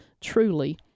truly